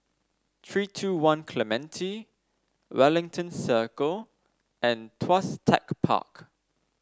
three two One Clementi Wellington Circle and Tuas Tech Park